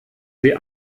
sie